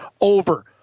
over